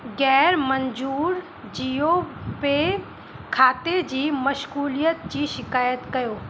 गैर मंज़ूरु जीओ पे खाते जी मशगूलीअ जी शिकाइत कयो